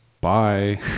Bye